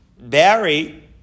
Barry